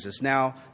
Now